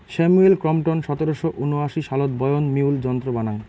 Samuel Crompton সতেরশো উনআশি সালত বয়ন মিউল যন্ত্র বানাং